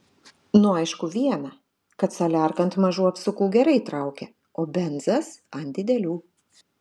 nu aišku viena kad saliarka ant mažų apsukų gerai traukia o benzas ant didelių